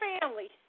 family